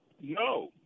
No